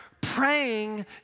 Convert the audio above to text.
Praying